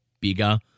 bigger